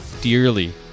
dearly